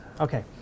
Okay